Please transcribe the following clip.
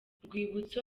rwibutso